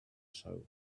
show